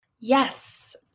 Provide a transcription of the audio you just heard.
Yes